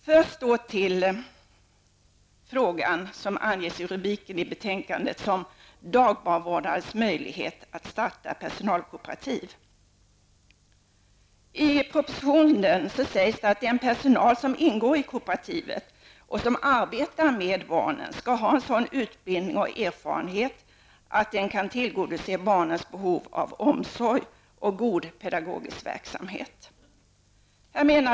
Först skall jag ta upp frågan om dagbarnvårdares möjlighet att starta personalkooperativ, vilket är en av rubrikerna i betänkandet. I propositionen sägs det att den personal som ingår i kooperativet och som arbetar med barnen skall ha sådan utbildning och erfarenhet att den kan tillgodose barnens behov av omsorg och god pedagogisk verksamhet.